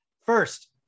First